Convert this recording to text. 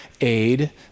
aid